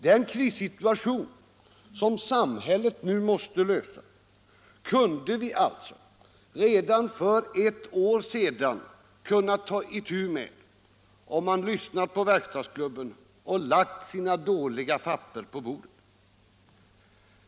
Den kris som samhället nu måste lösa kunde vi alltså för ett år sedan ha tagit itu med om företagsledningen lyssnat på verkstadsklubben och lagt sina dåliga papper på bordet.